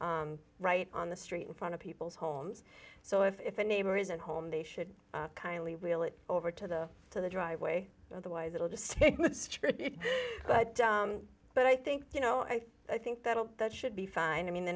right on the street in front of people's homes so if the neighbor isn't home they should kindly real it over to the to the driveway otherwise it'll just but but i think you know i think that that should be fine i mean they're